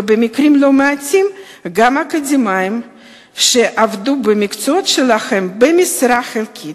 ובמקרים לא מעטים גם אקדמאים שעבדו במקצועות שלהם במשרה חלקית.